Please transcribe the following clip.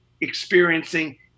experiencing